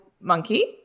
monkey